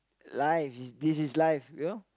live this is live you know